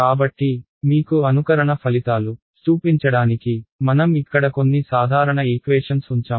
కాబట్టి మీకు అనుకరణ ఫలితాలు చూపించడానికి మనం ఇక్కడ కొన్ని సాధారణ ఈక్వేషన్స్ ఉంచాము